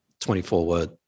24-word